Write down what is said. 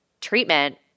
treatment